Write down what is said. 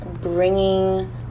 bringing